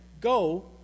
go